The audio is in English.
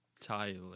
Tyler